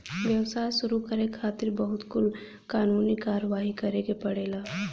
व्यवसाय शुरू करे खातिर बहुत कुल कानूनी कारवाही करे के पड़ेला